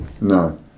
No